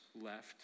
left